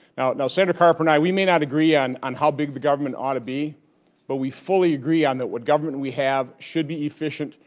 now senator carper and i, we may not agree on on how big the government ought to be but we fully agree on what government we have should be efficient,